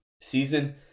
season